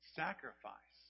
sacrifice